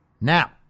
Now